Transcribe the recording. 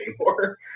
anymore